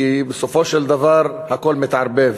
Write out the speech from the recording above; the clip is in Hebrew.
כי בסופו של דבר הכול מתערבב,